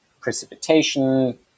precipitation